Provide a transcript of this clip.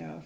that